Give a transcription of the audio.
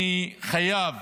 אני חייב